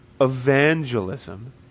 evangelism